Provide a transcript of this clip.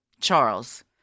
Charles